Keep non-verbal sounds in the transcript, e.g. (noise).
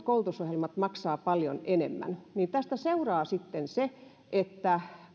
(unintelligible) koulutusohjelmat maksavat paljon enemmän niin tästä seuraa sitten se että